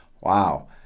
wow